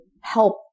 help